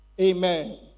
Amen